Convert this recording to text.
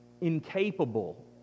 incapable